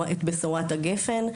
בשורת גפ"ן,